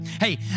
Hey